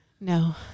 No